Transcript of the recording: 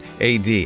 AD